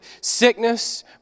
sickness